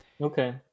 okay